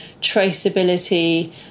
traceability